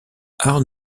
art